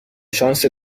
شانس